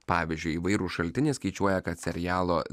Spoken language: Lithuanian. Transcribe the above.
pavyzdžiui įvairūs šaltiniai skaičiuoja kad serialo